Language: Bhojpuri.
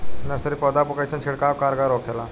नर्सरी पौधा पर कइसन छिड़काव कारगर होखेला?